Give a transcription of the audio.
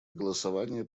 голосования